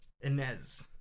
Inez